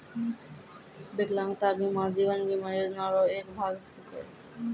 बिकलांगता बीमा जीवन बीमा योजना रो एक भाग छिकै